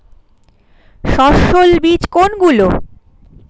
সস্যল বীজ কোনগুলো?